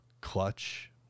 clutch